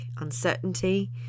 uncertainty